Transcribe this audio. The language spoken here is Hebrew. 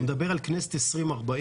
אתה מדבר על כנסת 2040?